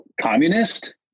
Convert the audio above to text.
communist